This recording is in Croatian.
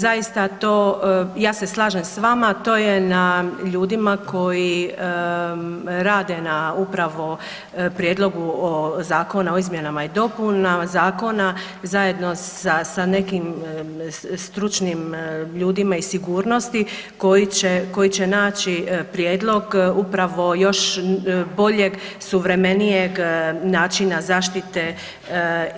Zaista to, ja se slažem s vama to je na ljudima koji rade na upravo prijedloga zakona o izmjenama i dopunama zakona zajedno sa nekim stručnim ljudima iz sigurnosti koji će naći prijedlog upravo još boljeg suvremenijeg načina zaštite